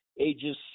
Ages